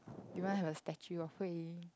you want to have a statue of hui ying